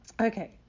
okay